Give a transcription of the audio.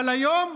אבל היום,